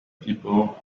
people